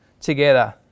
Together